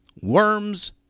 Worms